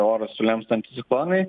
orus lems anticiklonai